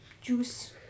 Juice